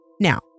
Now